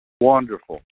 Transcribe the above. Wonderful